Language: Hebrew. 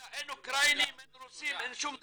אין אוקראינים, אין רוסים, אין שום דבר.